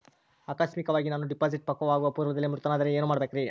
ಆಕಸ್ಮಿಕವಾಗಿ ನಾನು ಡಿಪಾಸಿಟ್ ಪಕ್ವವಾಗುವ ಪೂರ್ವದಲ್ಲಿಯೇ ಮೃತನಾದರೆ ಏನು ಮಾಡಬೇಕ್ರಿ?